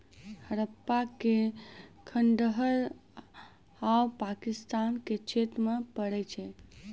हड़प्पा के खंडहर आब पाकिस्तान के क्षेत्र मे पड़ै छै